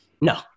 no